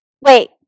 wait